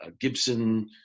Gibson